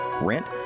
rent